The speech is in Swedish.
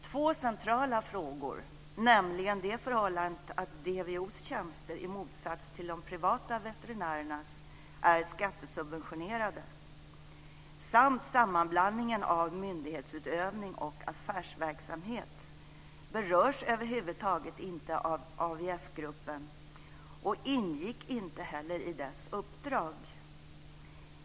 Två centrala frågor, nämligen förhållandet att DVO:s tjänster i motsats till de privata veterinärernas är skattesubventionerade samt sammanblandningen av myndighetsutövning och affärsverksamhet, berörs över huvud taget inte av AVF-gruppen och ingick inte heller i dess uppdrag.